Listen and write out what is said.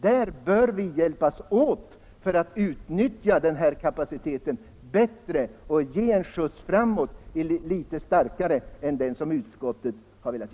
Där bör vi hjälpas åt för att utnyttja ka paciteten bättre och ge folkhögskoleutbildningen en skjuts framåt.